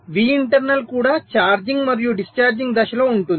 Vinternal కూడా charging మరియు discharging దశలో ఉంటుంది